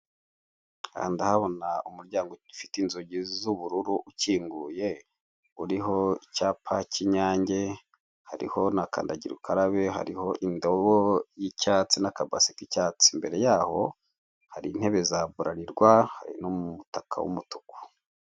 Aha ndahabona umuryango ufite inzugi z'ubururu ufunguye uriho icyapa k'Inyange, hariho na kandagira ukarabe, hariho indobo y'icyatsi n'akabasi k'icyatsi. Imbere yaho hari intebe za burarirwa hari n'umutaka w'umutuku.